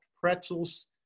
Pretzels